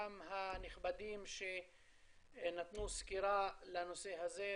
גם הנכבדים שנתנו סקירה בנושא הזה,